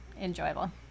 enjoyable